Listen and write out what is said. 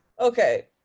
Okay